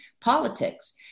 politics